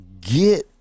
get